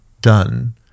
done